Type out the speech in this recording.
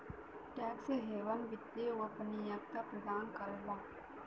tax haven वित्तीय गोपनीयता प्रदान करला